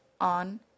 on